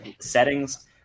settings